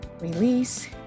release